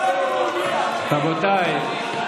תישאר --- רבותיי.